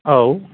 औ